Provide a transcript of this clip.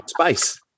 space